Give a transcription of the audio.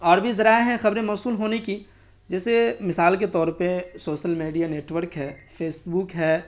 اور بھی ذرائع ہیں خبریں موصول ہونے کی جیسے مثال کے طور پہ سوسل میڈیا نیٹ وڑک ہے فیسبک ہے